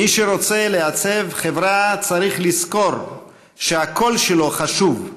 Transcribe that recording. מי שרוצה לעצב חברה צריך לזכור שהקול שלו חשוב,